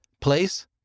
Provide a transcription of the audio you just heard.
Place